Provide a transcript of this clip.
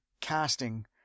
casting